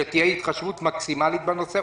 שתהיה התחשבות מקסימלית בנושא.